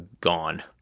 gone